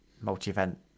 multi-event